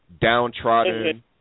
Downtrodden